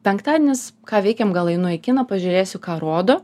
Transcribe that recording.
penktadienis ką veikiam gal einu į kiną pažiūrėsiu ką rodo